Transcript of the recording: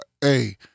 Hey